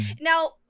Now